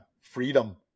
Freedom